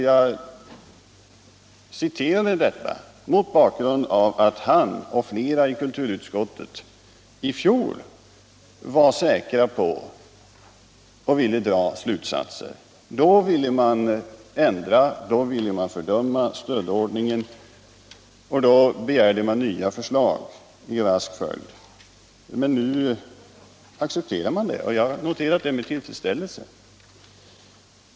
Jag citerade detta uttalande av utbildningsministern mot bakgrund av att han och flera andra i kulturutskottet i fjol var säkra på hur det förhöll sig och då drog slutsatser. Då ville man ändra, då ville man fördöma stödordningen och då begärde man nya förslag i rask följd. Men nu accepterar man stödordningen, och jag har noterat det med tillfredsställelse.